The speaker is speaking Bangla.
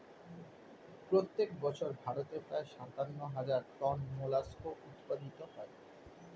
প্রত্যেক বছর ভারতে প্রায় সাতান্ন হাজার টন মোলাস্কা উৎপাদিত হয়